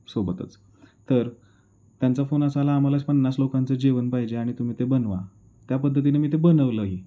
सोबतच तर त्यांचा फोन असा आला आम्हाला पन्नास लोकांचं जेवण पाहिजे आणि तुम्ही ते बनवा त्या पद्धतीने मी ते बनवलंही